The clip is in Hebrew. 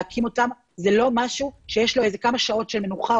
להקים אותם - זה לא משהו שיש לו כמה שעות מנוחה,